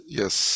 yes